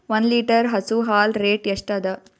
ಒಂದ್ ಲೀಟರ್ ಹಸು ಹಾಲ್ ರೇಟ್ ಎಷ್ಟ ಅದ?